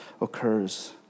occurs